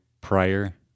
prior